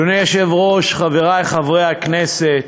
אדוני היושב-ראש, חברי חברי הכנסת,